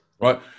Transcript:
right